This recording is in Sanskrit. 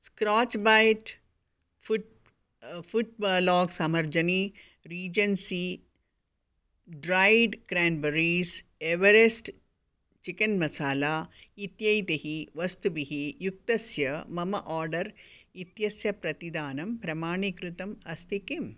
स्क्रोच् बैट् फुट़ फुट्बोलोक् सम्मार्जनी Regency dried cranberries Everest chicken masala इत्यैतैः वस्तुभिः युक्तस्य मम आर्डर् इत्यस्य प्रतिदानं प्रमाणीकृतम् अस्ति किम्